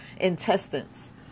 intestines